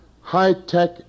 high-tech